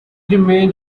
remained